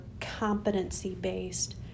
competency-based